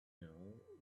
girl